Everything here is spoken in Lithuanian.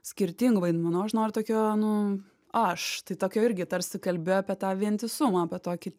skirtingų vaidmenų aš noriu tokio nu aš tai tokio irgi tarsi kalbi apie tą vientisumą apie tokį